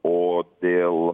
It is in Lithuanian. o dėl